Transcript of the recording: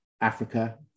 Africa